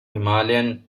himalayan